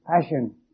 passion